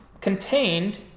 contained